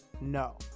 no